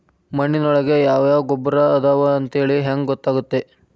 ಮಣ್ಣಿನೊಳಗೆ ಯಾವ ಯಾವ ಗೊಬ್ಬರ ಅದಾವ ಅಂತೇಳಿ ಹೆಂಗ್ ಗೊತ್ತಾಗುತ್ತೆ?